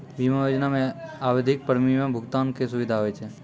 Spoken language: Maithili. बीमा योजना मे आवधिक प्रीमियम भुगतान के सुविधा होय छै